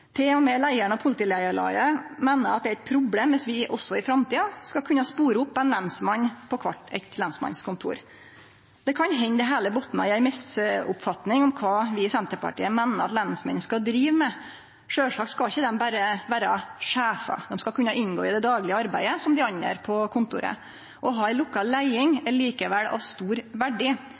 meiner at det er eit problem dersom vi også i framtida skal kunne spore opp ein lensmann på kvart eit lensmannskontor. Det kan hende det heile botnar i ei misoppfatning av kva vi i Senterpartiet meiner at lensmenn skal drive med. Sjølvsagt skal dei ikkje berre vere sjefar, dei skal kunne inngå i det daglege arbeidet, som dei andre på kontoret. Å ha ei lokal leiing er likevel av stor verdi.